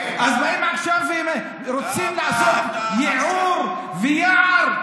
אז באים עכשיו ורוצים לעשות ייעור ויער.